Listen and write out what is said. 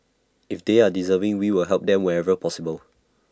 if they are deserving we will help them wherever possible